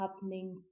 happening